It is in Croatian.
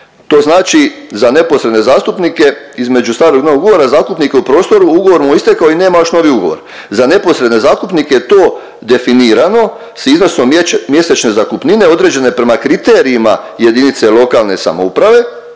to znači za neposredne zastupnike između starog i novog ugovora zastupnike u prostoru ugovor mu je istekao i nema još novi ugovor. Za neposredne zastupnike je to definirano sa iznosom mjesečne zakupnine određene prema kriterijima jedinice lokalne samouprave,